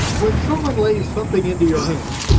when someone lays something into your hands,